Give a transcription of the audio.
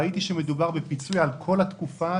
ראיתי שמדובר בפיצוי על כל התקופה,